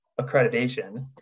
accreditation